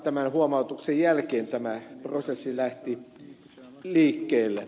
tämän huomautuksen jälkeen tämä prosessi lähti liikkeelle